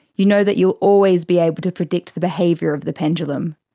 you know that you will always be able to predict the behaviour of the pendulum.